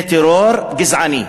זה טרור גזעני,